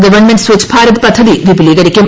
government Swachh Bharat പദ്ധതി വിപുലീകരിക്കും